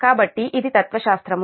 కాబట్టి ఇది తత్వశాస్త్రం